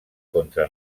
contra